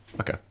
Okay